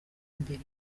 mbere